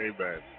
Amen